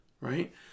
right